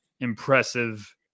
impressive